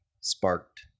sparked